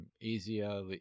Easier